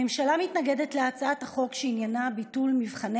הממשלה מתנגדת להצעת החוק שעניינה ביטול מבחני